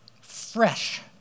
fresh